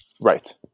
Right